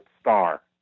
star